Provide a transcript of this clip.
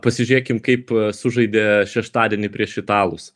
pasižiūrėkim kaip sužaidė šeštadienį prieš italus